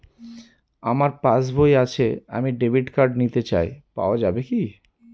আমার পাসবই আছে আমি ডেবিট কার্ড নিতে চাই পাওয়া যাবে কি?